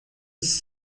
ist